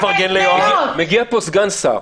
מגיע סגן שר,